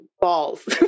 balls